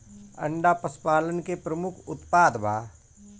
अंडा पशुपालन के प्रमुख उत्पाद बा